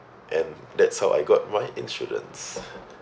and that's how I got my insurance